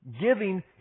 giving